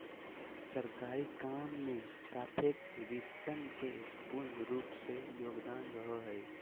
सरकारी काम मे सापेक्ष रिटर्न के पूर्ण रूप से योगदान रहो हय